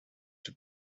have